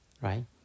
right